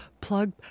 Plug